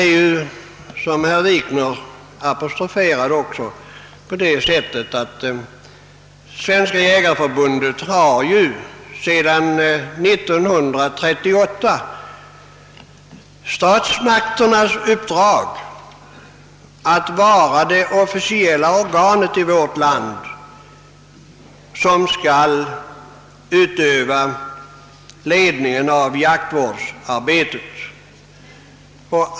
Som herr Wikner också framhöll har Svenska jägareförbundet sedan 1938 statsmakternas uppdrag att vara det officiella organ i vårt land som skall utöva ledningen av jaktvårdsarbetet.